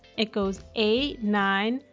it goes eight, nine,